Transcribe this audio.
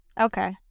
okay